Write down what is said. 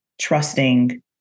trusting